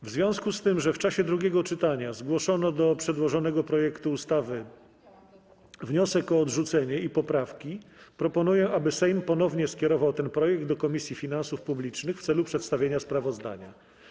W związku z tym, że w czasie drugiego czytania zgłoszono do przedłożonego projektu ustawy wniosek o odrzucenie i poprawki, proponuję, aby Sejm ponownie skierował ten projekt do Komisji Finansów Publicznych w celu przedstawienia sprawozdania.